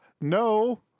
no